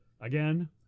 Again